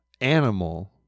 animal